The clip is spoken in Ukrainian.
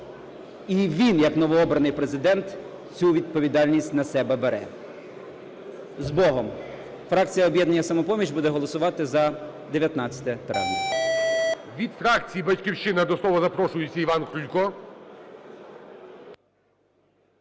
і він як новообраний Президент цю відповідальність на себе бере. З Богом! Фракція "Об'єднання "Самопоміч" буде голосувати за 19 травня.